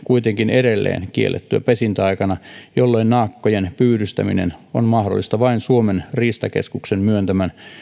kuitenkin edelleen kiellettyä pesintäaikana jolloin naakkojen pyydystäminen on mahdollista vain suomen riistakeskuksen myöntämän